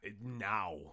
Now